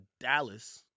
Dallas